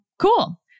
cool